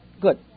Good